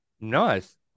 Nice